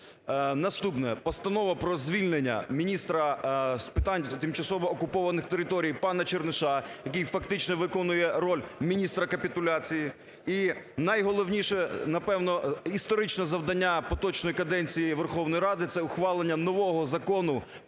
Наступне – постанова про звільнення міністра з питань тимчасово окупованих територій пана Черниша, який фактично виконує роль міністра капітуляції. І найголовніше, напевно, історичне завдання поточної каденції Верховної Ради – це ухвалення нового Закону